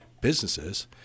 businesses